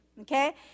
Okay